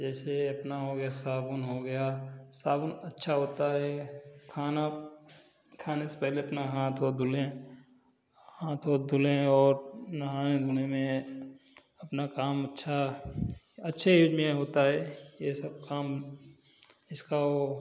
जैसे अपना हो गया साबुन हो गया साबुन अच्छा होता है खाना खाने से पहले अपना हाथ धो धुले हाथ वाथ धुले और नहाने धोने में अपना काम अच्छा अच्छे यूज में होता है ये सब काम इसका वो